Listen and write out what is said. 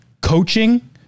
coaching